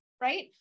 right